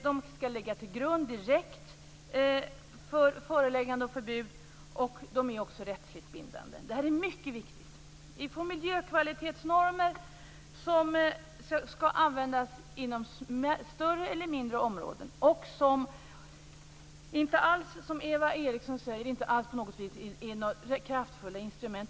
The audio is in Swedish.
De skall ligga till direkt grund för förelägganden och förbud. De är också rättsligt bindande. Detta är mycket viktigt. Vi får miljökvalitetsnormer som skall användas inom större eller mindre områden. Det är inte alls, som Eva Eriksson säger, så att det inte är några kraftfulla instrument.